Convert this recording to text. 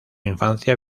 infancia